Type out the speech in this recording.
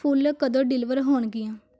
ਫੁੱਲ ਕਦੋਂ ਡਿਲੀਵਰ ਹੋਣਗੀਆਂ